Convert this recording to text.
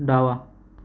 डावा